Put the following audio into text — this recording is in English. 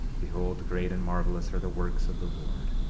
behold, great and marvelous are the works of the lord.